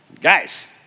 guys